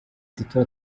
tito